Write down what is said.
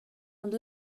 and